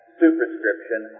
superscription